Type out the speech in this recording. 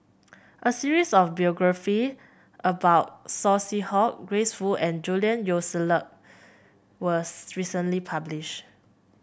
a series of biography about Saw Swee Hock Grace Fu and Julian Yeo was recently published